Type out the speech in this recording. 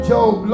Job